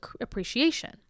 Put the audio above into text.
appreciation